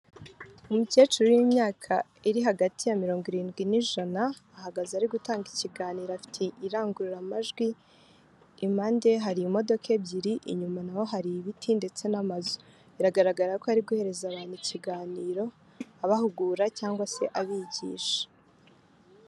Umukecuru w'imyaka iri hagati ya mirongo irindwi n'ijana, ahagaze ari gutanga ikiganiro afite ati irangururamajwi, impande ye hari imodoka ebyiri, inyuma na ho hari ibiti ndetse n'amazu. Biragaragara ko ari guhereza abantu ikiganiro, abahugura cyangwa se abigisha.